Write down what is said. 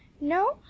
No